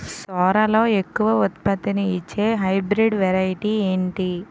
సోరలో ఎక్కువ ఉత్పత్తిని ఇచే హైబ్రిడ్ వెరైటీ ఏంటి?